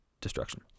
destruction